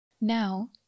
Now